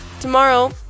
tomorrow